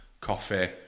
Coffee